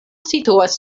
situas